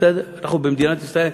אנחנו במדינת ישראל.